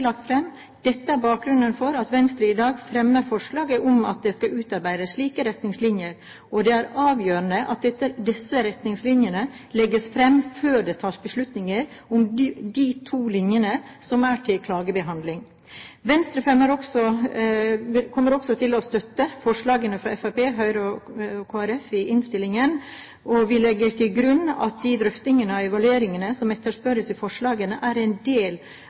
lagt fram. Dette er bakgrunnen for at Venstre i dag fremmer forslag om at det skal utarbeides slike retningslinjer, og det er avgjørende at disse retningslinjene legges fram før det tas beslutning om de to linjene som er til klagebehandling. Venstre kommer også til å støtte forslaget fra Fremskrittspartiet, Høyre og Kristelig Folkeparti i innstillingen, og vi legger til grunn at de drøftingene og evalueringene som etterspørres i forslagene, er en del